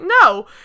no